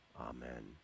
amen